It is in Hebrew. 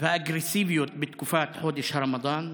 והאגרסיביות בתקופת חודש הרמדאן.